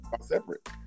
separate